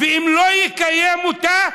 ואם הוא לא יקיים אותה,